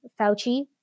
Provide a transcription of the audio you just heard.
Fauci